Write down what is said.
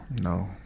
No